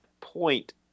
point